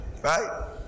Right